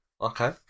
Okay